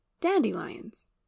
dandelions